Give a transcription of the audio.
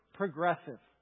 progressive